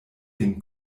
dem